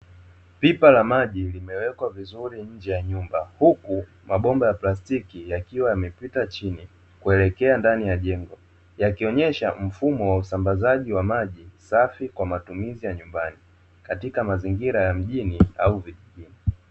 Pipa la maji limewekwa vizuri nje ya nyumba. Huku mabomba ya plastiki yakiwa yamepita chini kuelekea ndani ya jengo, yakionesha mfumo wa usambazaji wa maji safi kwa matumizi ya nyumbani, katika mazingira ya mjini au vijijini.